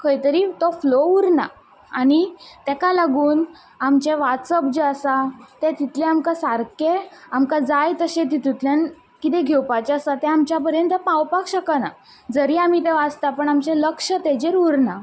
खंयतरी तो फ्लो उरना आनी तेका लागून आमचें वाचप जें आसा तें तितलें आमकां सारकें आमकां जाय तशें तेतूंतल्यान कितें घेवपाचें आसा तें आमच्या मेरेन पावपाक शकना जरी आमी तें वाचता तरी आमचें लक्ष तेचेर उरना